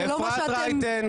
קדימה, הופ, תקפוץ.